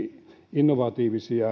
innovatiivista